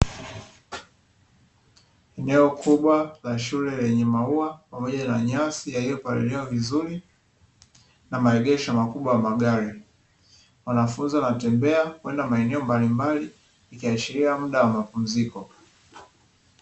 Eneo kubwa la shule lenye maua pamoja na nyasi lililopaliliwa vizuri na maegesho makubwa ya magari. Wanafunzi wanatembea kwenda maeneo mbalimbali, ikiashiria muda wa mapumziko.